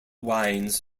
wines